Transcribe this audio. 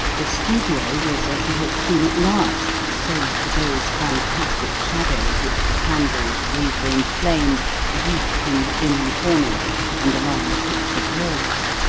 the studio was as he had seen it last, save for those fantastic shadows which the candle's wavering flame wreathed in the dim corners and along the pictured walls.